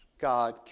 God